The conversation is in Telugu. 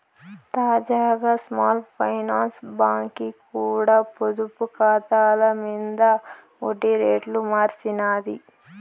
తాజాగా స్మాల్ ఫైనాన్స్ బాంకీ కూడా పొదుపు కాతాల మింద ఒడ్డి రేట్లు మార్సినాది